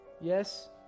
yes